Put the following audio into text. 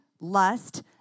lust